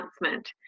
announcement